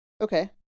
Okay